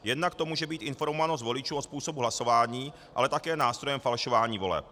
Jednak to může být informovanost voličů o způsobu hlasování, ale také nástroje falšování voleb.